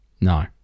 No